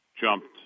jumped